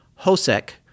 Hosek